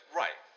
right